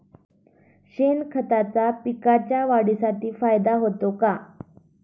शेणखताचा पिकांच्या वाढीसाठी फायदा होतो का?